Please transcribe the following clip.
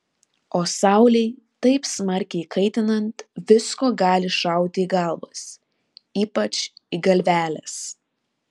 o saulei taip smarkiai kaitinant visko gali šauti į galvas ypač į galveles